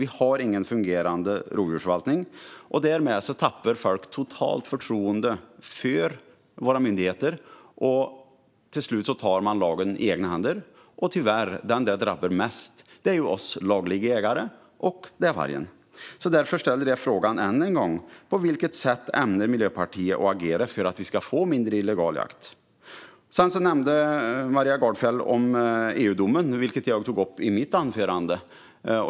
Vi har ingen fungerande rovdjursförvaltning. Därmed tappar folk totalt förtroendet för våra myndigheter, och till slut tar man lagen i egna händer. De som drabbas mest är tyvärr dels vi lagliga jägare, dels vargen. Därför ställer jag frågan än en gång: På vilket sätt ämnar Miljöpartiet agera för att vi ska få mindre illegal jakt? Maria Gardfjell nämnde EU-domen, som jag också tog upp i mitt anförande.